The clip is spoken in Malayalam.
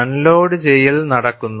അൺലോഡു ചെയ്യൽ നടക്കുന്നു